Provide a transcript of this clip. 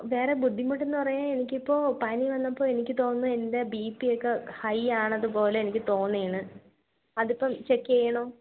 വേറെ ബുദ്ധിമുട്ടെന്നുപറയാൻ എനിക്കിപ്പോൾ പനി വന്നപ്പം എനിക്കുതോന്നുന്നു എൻ്റെ ബി പിയൊക്കെ ഹൈയാകണതുപോലെ എനിക്ക് തോന്നണു അതിപ്പം ചെക്ക് ചെയ്യണോ